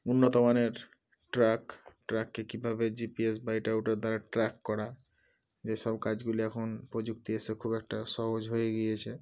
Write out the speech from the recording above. উন্নত মানের ট্র্যাক ট্র্যাককে কীভাবে জি পি এস বা এটা ওটার দ্বারা ট্র্যাক করা যেসব কাজগুলি এখন প্রযুক্তি এসে খুব একটা সহজ হয়ে গিয়েছে